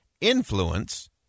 influence